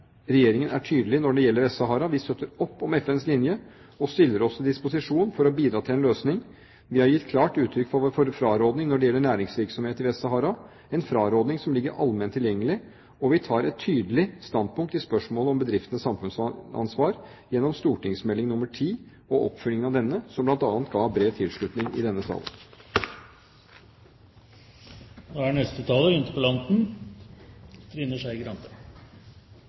Regjeringen er tydelig når det gjelder Vest-Sahara. Vi støtter opp om FNs linje og stiller oss til disposisjon for å bidra til en løsning. Vi har gitt klart uttrykk for vår frarådning når det gjelder næringsvirksomhet i Vest-Sahara, en frarådning som ligger allment tilgjengelig, og vi tar et tydelig standpunkt i spørsmålet om bedrifters samfunnsansvar gjennom St.meld. nr. 10 og oppfølgingen av denne, som bl.a. ga bred tilslutning i denne